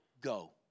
go